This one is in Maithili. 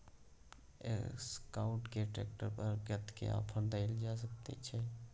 एसकाउट के ट्रैक्टर पर कतेक ऑफर दैल जा सकेत छै?